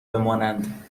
بمانند